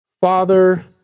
Father